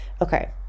okay